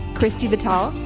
christy vital,